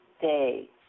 day